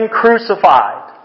crucified